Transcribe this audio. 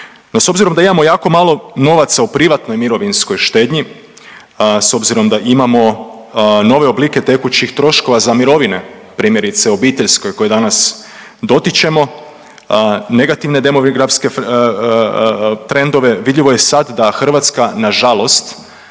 No, s obzirom da imamo jako malo novaca u privatnoj mirovinskoj štednji, s obzirom da imamo nove oblike tekućih troškova za mirovine primjerice obiteljskoj koju danas dotičemo negativne demografske trendove vidljivo je sad da Hrvatska nažalost